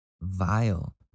vile